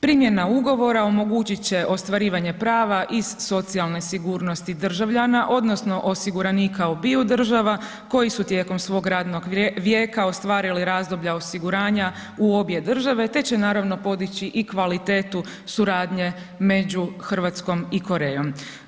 Primjena ugovora omogućit će ostvarivanje prava iz socijalne sigurnosti državljana odnosno osiguranika obiju država koji su tijekom svojeg radnog vijeka ostvarili razdoblja osiguranja u obje u države te će naravno podiči i kvalitetu suradnje među Hrvatskom i Korejom.